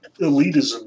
elitism